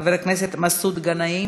חבר הכנסת טלב אבו עראר,